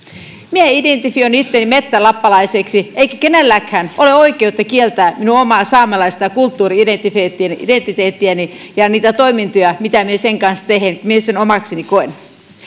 minä identifioin itseni metsälappalaiseksi eikä kenelläkään ole oikeutta kieltää minun omaa saamelaista kulttuuri identiteettiäni identiteettiäni ja niitä toimintoja mitä minä sen kanssa teen mitä minä omakseni koen